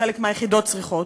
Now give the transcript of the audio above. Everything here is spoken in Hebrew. שחלק מהיחידות צריכות,